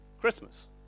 Christmas